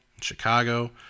Chicago